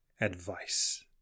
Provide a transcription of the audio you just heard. advice